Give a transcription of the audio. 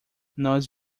nós